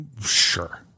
Sure